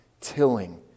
tilling